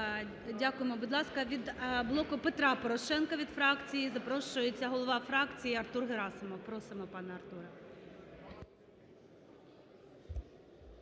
Дякуємо. Будь ласка, від "Блоку Петра Порошенка", від фракції, запрошується голова фракція Артур Герасимов. Просимо, пане Артуре.